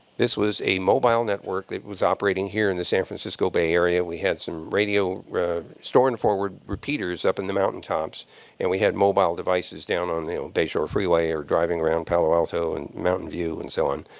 this was a mobile network that was operating here in the san francisco bay area. we had some radio store and forward repeaters up in the mountaintops and we had mobile devices down on the bayshore freeway or driving around palo alto and mountain view and so on.